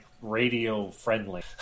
radio-friendly